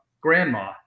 grandma